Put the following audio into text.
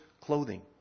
clothing